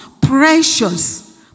precious